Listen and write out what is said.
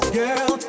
girl